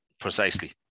Precisely